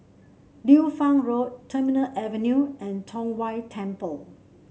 Liu Fang Road Terminal Avenue and Tong Whye Temple